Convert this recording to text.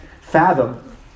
fathom